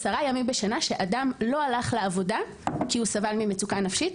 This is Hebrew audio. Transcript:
עשרה ימים בשנה שאדם לא הלך בהם לעבודה כי הוא סבל ממצוקה נפשית.